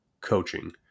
coaching